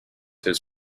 his